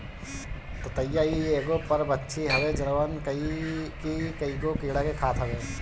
ततैया इ एगो परभक्षी हवे जवन की कईगो कीड़ा के खात हवे